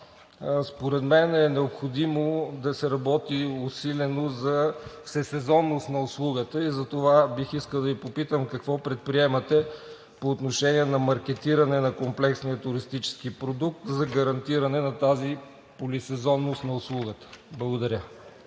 според мен е необходимо да се работи усилено за всесезонност на услугата, затова бих искал да Ви попитам: какво предприемате по отношение на маркетиране на комплексния туристически продукт за гарантиране на тази полисезонност на услугата? Благодаря.